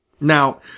Now